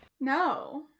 no